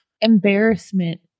embarrassment